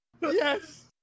Yes